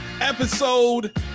episode